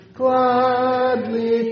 gladly